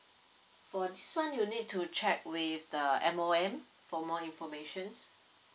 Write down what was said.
for this one you need to check with the M_O_M for more information